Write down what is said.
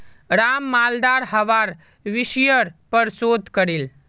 राम मालदार हवार विषयर् पर शोध करील